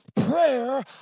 prayer